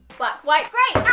black white grey!